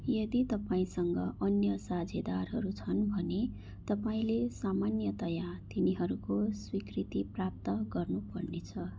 यदि तपाईँँसँग अन्य साझेदारहरू छन् भने तपाईँँले सामान्यतया तिनीहरूको स्वीकृति प्राप्त गर्नुपर्नेछ